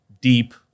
deep